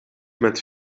met